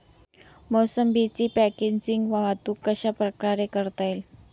मोसंबीची पॅकेजिंग वाहतूक कशाप्रकारे करता येईल?